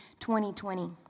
2020